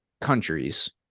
countries –